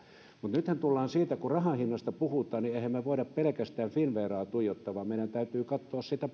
nythän tullaan siihen kun rahan hinnasta puhutaan että emmehän me voi pelkästään finnveraa tuijottaa vaan meidän täytyy katsoa sitä